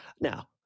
now